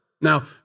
Now